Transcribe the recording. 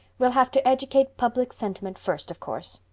we'll have to educate public sentiment first, of course.